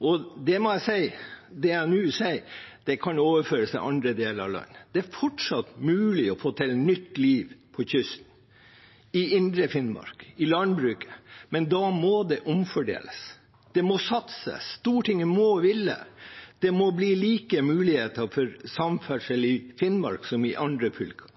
og det jeg nå sier, kan overføres til andre deler av landet. Det er fortsatt mulig å få til nytt liv på kysten i indre Finnmark i landbruket, men da må det omfordeles. Det må satses. Stortinget må ville. Det må bli like muligheter for samferdsel i Finnmark som i andre fylker.